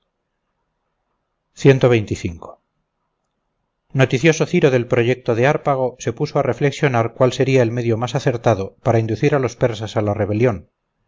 cuanto antes noticioso ciro del proyecto de hárpago se puso a reflexionar cuál sería el medio más acertado para inducir a los persas a la rebelión